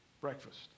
breakfast